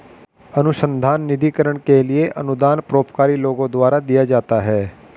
अनुसंधान निधिकरण के लिए अनुदान परोपकारी लोगों द्वारा दिया जाता है